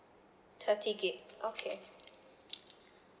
thirty gigabyte okay